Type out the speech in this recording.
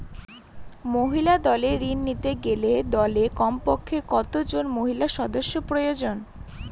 মহিলা দলের ঋণ নিতে গেলে দলে কমপক্ষে কত জন মহিলা সদস্য প্রয়োজন?